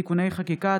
(תיקוני חקיקה),